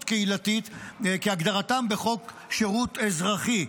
קהילתית כהגדרתם בחוק שירות אזרחי.